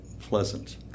pleasant